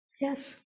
Yes